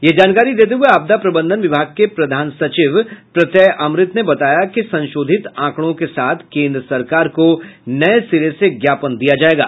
यह जानकारी देते हुये आपदा प्रबंधन विभाग के प्रधान सचिव प्रत्यय अमृत ने बताया कि संशोधित आंकड़ों के साथ केंद्र सरकार को नये सिरे से ज्ञापन दिया जायेगा